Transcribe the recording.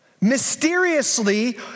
mysteriously